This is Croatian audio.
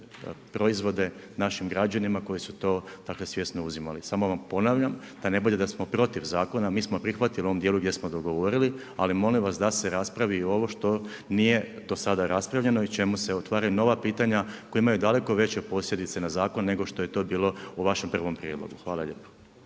proizvode našim građanima koji su to dakle, svjesno uzimali. Samo vam ponavljam, da ne bude da smo protiv zakona, mi smo prihvatili u ovom djelu gdje smo dogovorili, ali mislim vas da se raspravi ovo što nije do sada raspravljeno, i čemu se otvaraju nova pitanja koja imaju daleko veće posljedice na zakon nego što je to bilo u vašem prvom prilogu. Hvala lijepo.